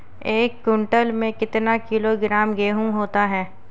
एक क्विंटल में कितना किलोग्राम गेहूँ होता है?